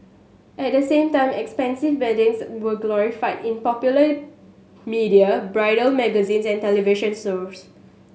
at the same time expensive weddings were glorified in popular media bridal magazines and television shows